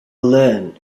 learn